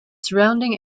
surrounding